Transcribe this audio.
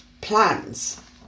plans